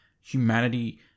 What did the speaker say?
humanity